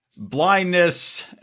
blindness